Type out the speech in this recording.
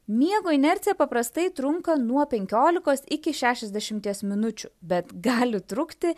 miego inercija paprastai trunka nuo penkiolikos iki šešiasdešimties minučių bet gali trukti